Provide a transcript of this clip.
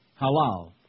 Halal